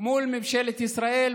מול ממשלת ישראל,